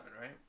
right